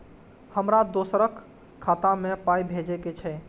हमरा दोसराक खाता मे पाय भेजे के छै?